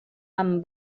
amb